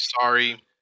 sorry